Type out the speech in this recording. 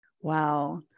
Wow